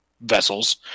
vessels